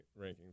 rankings